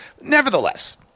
Nevertheless